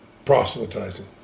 Proselytizing